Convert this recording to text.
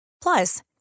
plus